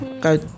Go